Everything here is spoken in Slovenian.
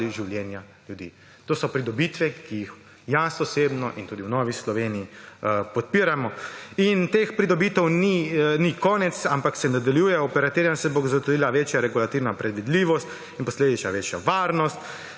življenja ljudi. To so pridobitve, ki jih osebno in tudi v Novi Sloveniji podpiramo, in teh pridobitev ni konec, ampak se nadaljujejo. Operaterjem se bo zagotovila večja regulativna predvidljivost in posledično večja varnost,